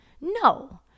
No